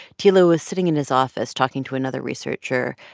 tilo was sitting in his office talking to another researcher.